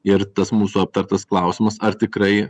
ir tas mūsų aptartas klausimas ar tikrai